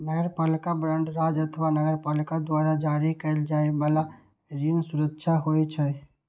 नगरपालिका बांड राज्य अथवा नगरपालिका द्वारा जारी कैल जाइ बला ऋण सुरक्षा होइ छै